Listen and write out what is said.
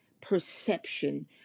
perception